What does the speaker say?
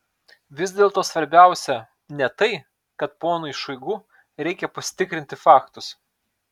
vis dėlto svarbiausia ne tai kad ponui šoigu reikia pasitikrinti faktus